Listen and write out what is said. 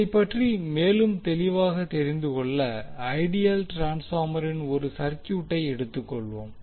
இதைப்பற்றி மேலும் தெளிவாக தெரிந்து கொள்ள ஐடியல் ட்ரான்ஸ்பார்மரின் ஒரு சர்க்யூட்டை எடுத்துக்கொள்வோம்